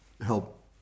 help